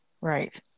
Right